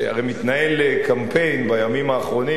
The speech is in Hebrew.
הרי מתנהל קמפיין בימים האחרונים,